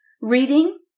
reading